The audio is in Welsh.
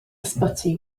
ysbyty